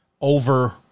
over